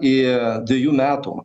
į dvejų metų